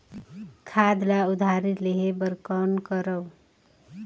खाद ल उधारी लेहे बर कौन करव?